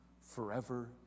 forever